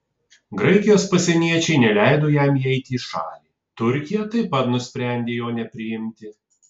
graikijos pasieniečiai neleido jam įeiti į šalį turkija taip pat nusprendė jo nepriimti